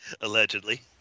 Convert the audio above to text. Allegedly